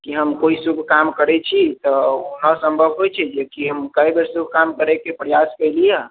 कि हम कोइ शुभ काम करैत छी तऽ हर संभव होइत छै जे कि हम कै बेर से ओ काम करैके प्रयास केलियै हँ